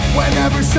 Whenever